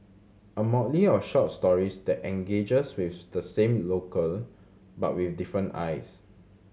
a motley of short stories that engages with the same locale but with different eyes